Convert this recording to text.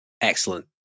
Excellent